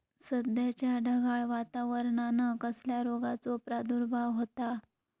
सध्याच्या ढगाळ वातावरणान कसल्या रोगाचो प्रादुर्भाव होता?